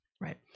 right